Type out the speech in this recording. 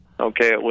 Okay